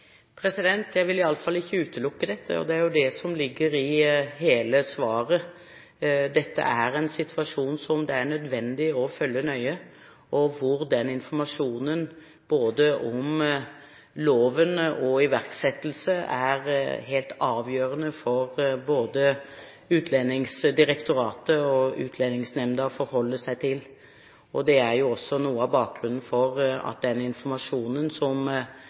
Jeg vil iallfall ikke utelukke det. Det er jo det som ligger i hele svaret. Dette er en situasjon som det er nødvendig å følge nøye, og hvor informasjonen – både om loven og om iverksettelsen – er helt avgjørende å forholde seg til, for både Utlendingsdirektoratet og Utlendingsnemnda. Det er noe av bakgrunnen for at den informasjonen som